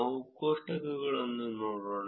ನಾವು ಕೋಷ್ಟಕಗಳನ್ನು ನೋಡೋಣ